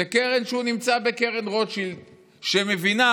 זו קרן שנמצאת בקרן רוטשילד, שמבינה